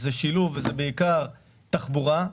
זה בעיקר תחבורה,